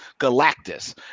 Galactus